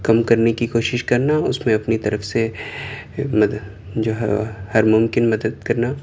کم کرنے کی کوشش کرنا اس میں اپنی طرف سے مدد جو ہر ممکن مدد کرنا